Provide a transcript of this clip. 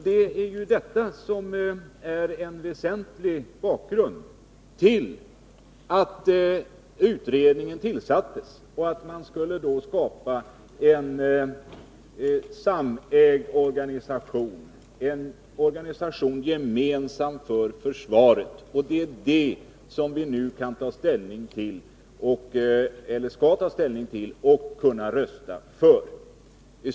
Det är en väsentlig bakgrund till att utredningen tillsattes och skulle skapa en samägd organisation, en organisation gemensam för försvaret. Det är detta vi nu skall ta ställning till och kan rösta för.